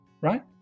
right